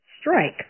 strike